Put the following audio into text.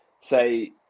say